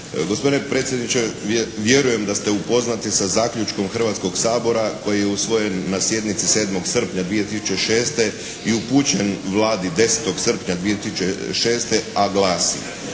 Gospodine predsjedniče, vjerujem da ste upoznati sa zaključkom Hrvatskog sabora koji je usvojen na sjednici 7. srpnja 2006. i upućen Vladi 10. srpnja 2006. a glasi: